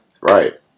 Right